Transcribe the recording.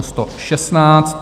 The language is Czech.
116.